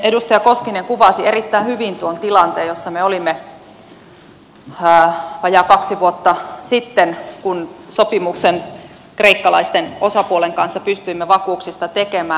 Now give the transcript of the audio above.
edustaja koskinen kuvasi erittäin hyvin tuon tilanteen jossa me olimme vajaat kaksi vuotta sitten kun sopimuksen kreikkalaisten osapuolten kanssa pystyimme vakuuksista tekemään